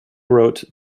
wrote